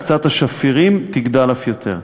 הקצאת המים השפירים תגדל אף יותר.